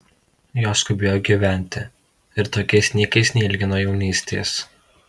jos skubėjo gyventi ir tokiais niekais neilgino jaunystės